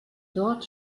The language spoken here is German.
dort